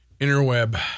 interweb